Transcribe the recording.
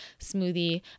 smoothie